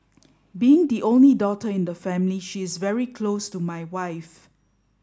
being the only daughter in the family she is very close to my wife